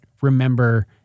remember